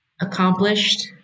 accomplished